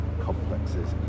complexes